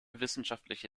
wissenschaftliche